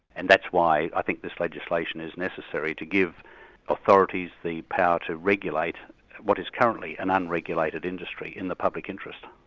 and that's why i think this legislation is necessary, to give authorities the power to regulate what is currently an unregulated industry in the public interest.